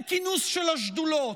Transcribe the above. אין כינוס של השדולות,